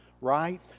right